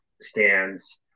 stands